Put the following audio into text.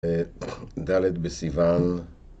ד' בסיוון